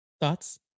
Thoughts